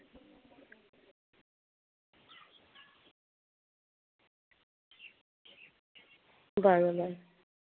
ᱜᱟᱱᱚᱜᱼᱟ